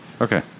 Okay